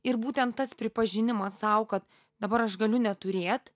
ir būtent tas pripažinimas sau kad dabar aš galiu neturėt